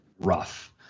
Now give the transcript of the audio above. rough